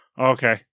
okay